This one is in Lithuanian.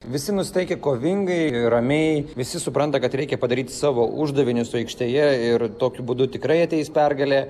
visi nusiteikę kovingai ramiai visi supranta kad reikia padaryt savo uždavinius aikštėje ir tokiu būdu tikrai ateis pergalė